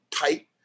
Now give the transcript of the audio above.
tight